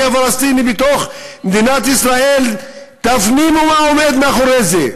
הפלסטיני בתוך מדינת ישראל" תפנימו מה עומד מאחורי זה.